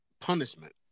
punishment